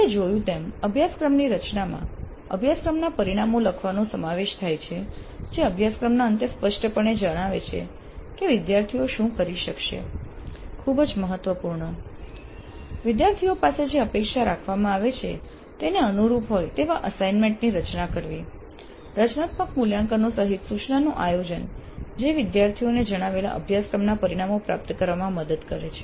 આપણે જોયું તેમ અભ્યાસક્રમની રચનામાં અભ્યાસક્રમના પરિણામો લખવાનો સમાવેશ થાય છે જે અભ્યાસક્રમના અંતે સ્પષ્ટપણે જણાવે છે કે વિદ્યાર્થીઓ શું કરી શકશે ખૂબ જ મહત્વપૂર્ણ વિદ્યાર્થીઓ પાસે જે અપેક્ષા રાખવામાં આવે છે તેને અનુરૂપ હોય તેવા અસાઈન્મેન્ટ ની રચના કરવી રચનાત્મક મૂલ્યાંકનો સહિત સૂચનાનું આયોજન જે વિદ્યાર્થીઓને જણાવેલા અભ્યાસક્રમના પરિણામો પ્રાપ્ત કરવામાં મદદ કરે છે